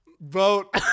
vote